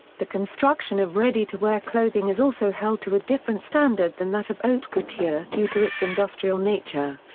the construction of ready-to-wear clothing is also held to a different standard than that of haute couture due to its industrial nature.